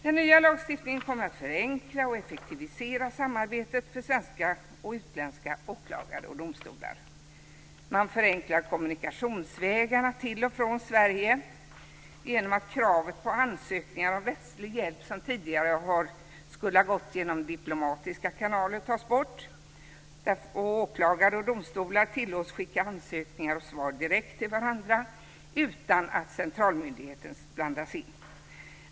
Den nya lagstiftningen kommer att förenkla och effektivisera samarbetet för svenska och utländska åklagare och domstolar. Man förenklar kommunikationsvägarna till och från Sverige genom att kravet på ansökningar om rättslig hjälp via diplomatiska kanaler tas bort. Åklagare och domstolar tillåts skicka ansökningar och svar direkt till varandra utan att centralmyndigheten blandas in.